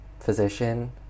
Physician